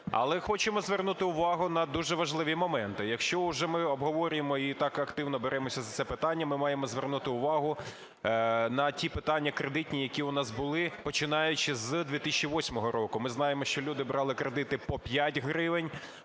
Але хочемо звернути увагу на дуже важливі моменти. Якщо вже ми обговорюємо і так активно беремося за це питання, ми маємо звернути увагу на ті питання кредитні, які у нас були починаючи з 2008 року. Ми знаємо, що люди брали кредити по 5 гривень,